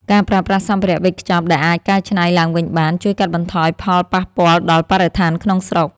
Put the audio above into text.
ការប្រើប្រាស់សម្ភារវេចខ្ចប់ដែលអាចកែច្នៃឡើងវិញបានជួយកាត់បន្ថយផលប៉ះពាល់ដល់បរិស្ថានក្នុងស្រុក។